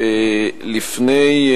השר מרגי לא בבניין.